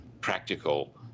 practical